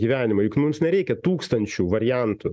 gyvenimą juk mums nereikia tūkstančių variantų